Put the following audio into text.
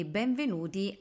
benvenuti